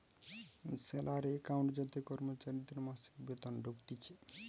salary account যাতে কর্মচারীদের মাসিক বেতন ঢুকতিছে